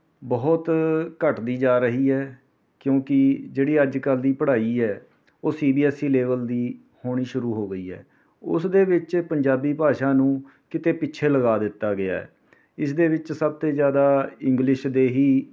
ਬਹੁਤ ਘਟਦੀ ਜਾ ਰਹੀ ਹੈ ਕਿਉਂਕਿ ਜਿਹੜੀ ਅੱਜ ਕੱਲ੍ਹ ਦੀ ਪੜ੍ਹਾਈ ਹੈ ਉਹ C B S C level ਦੀ ਹੋਣੀ ਸ਼ੁਰੂ ਹੋ ਗਈ ਹੈ ਉਸ ਦੇ ਵਿੱਚ ਪੰਜਾਬੀ ਭਾਸ਼ਾ ਨੂੰ ਕਿਤੇ ਪਿੱਛੇ ਲਗਾ ਦਿੱਤਾ ਗਿਆ ਹੈ ਇਸ ਦੇ ਵਿੱਚ ਸਭ ਤੋਂ ਜ਼ਿਆਦਾ ਇੰਗਲਿਸ਼ ਦੇ ਹੀ